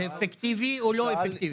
זה אפקטיבי או לא אפקטיבי?